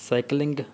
cycling